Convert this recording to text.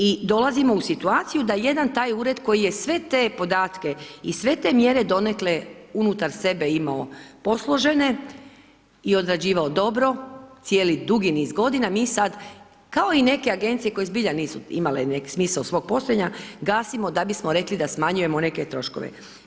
I dolazimo u situaciju da jedan taj ured, koji je sve te podatke i sve te mjere donekle unutar sebe imao posložene i odrađivao dobro cijeli dugi niz godina, mi sada, kao i neke agencije koje zbilja nisu imale smisao svog postojanja gasio da bismo rekli da smanjujemo neke troškove.